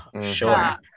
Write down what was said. sure